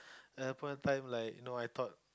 Apple time like no iPod